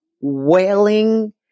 wailing